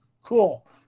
Cool